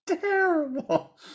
terrible